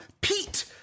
Pete